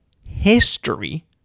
history